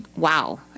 wow